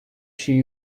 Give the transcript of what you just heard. she